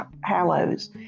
Hallows